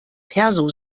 perso